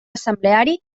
assembleari